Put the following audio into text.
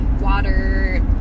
water